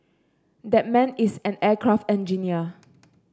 that man is an aircraft engineer